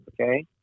Okay